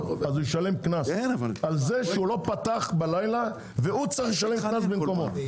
שישלם קנס על זה שלא פתח בלילה והוא צריך לשלם קנס במקומו.